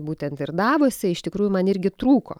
būtent ir davose iš tikrųjų man irgi trūko